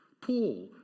paul